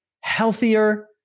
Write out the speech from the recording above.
healthier